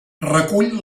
recull